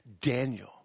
Daniel